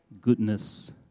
goodness